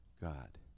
God